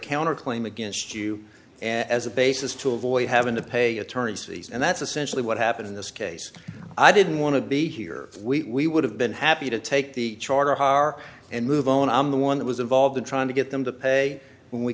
counter claim against you as a basis to avoid having to pay attorney's fees and that's essentially what happened in this case i didn't want to be here we would have been happy to take the charter high our and move on i'm the one that was involved in trying to get them to pay when we